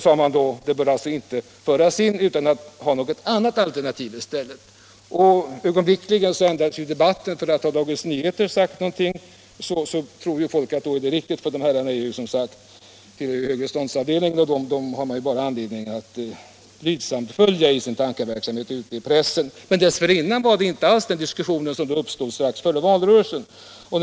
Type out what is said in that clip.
Men man hade inte något alternativ att sätta i stället. Ögonblickligen ändrades debatten, för har Dagens Nyheter sagt någonting tror ju folk att det är riktigt. Herrarna på Dagens Nyheter utgör ju, som sagt, en högreståndsavdelning, och man har alltså anledning i den övriga borgerliga pressen att bara blygsamt följa deras tankeverksamhet. Man förde inte alls samma diskussion som strax före Dagens Nyheters inhopp.